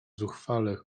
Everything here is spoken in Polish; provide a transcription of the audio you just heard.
zuchwale